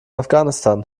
afghanistan